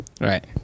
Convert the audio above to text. Right